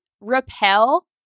repel